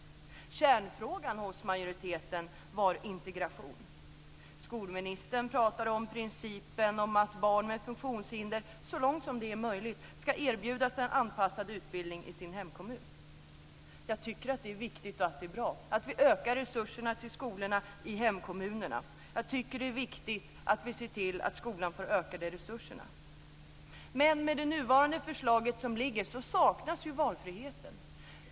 Kärnfrågan hos majoriteten var integration. Skolministern talade om principen om att barn med funktionshinder så långt möjligt ska erbjudas en anpassad utbildning i sin hemkommun. Jag tycker att det är viktigt och bra att vi ökar resurserna till skolorna i hemkommunerna. Men med det nuvarande förslaget saknas ju valfriheten.